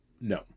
No